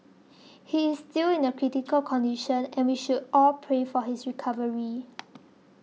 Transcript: he is still in critical condition and we should all pray for his recovery